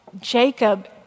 Jacob